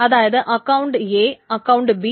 അതായത് account A account B